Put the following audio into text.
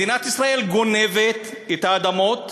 מדינת ישראל גונבת את האדמות,